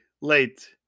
late